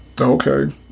Okay